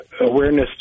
awareness